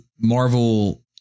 Marvel –